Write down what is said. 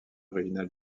originale